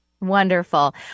Wonderful